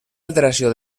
alteració